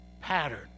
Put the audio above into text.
pattern